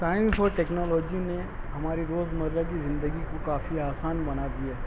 science اور technology نے ہماری روز مرہ كى زندگى کو کافی آسان بنا ديا ہے